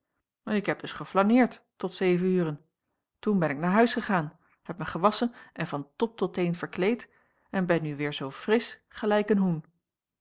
ik heb dus geflaneerd tot zeven uren toen ben ik naar huis gegaan heb mij gewasschen en van top tot teen verkleed en ben nu weêr zoo frisch gelijk een hoen